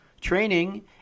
training